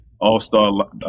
all-star